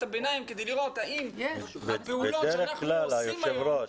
הביניים כדי לראות האם הפעולות שאנחנו עושים היום --- היושב-ראש,